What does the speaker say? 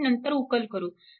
आपण नंतर उकल करू